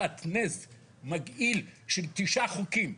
שעטנז מגעיל של תשעה חוקים.